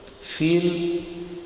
Feel